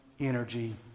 energy